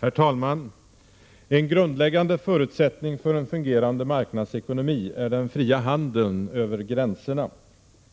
Herr talman! En grundläggande förutsättning för en fungerande marknadsekonomi är den fria handeln över gränserna.